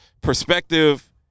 perspective